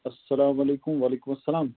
السلام علیکُم وعلیکُم السلام